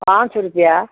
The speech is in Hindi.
पाँच सौ रूपया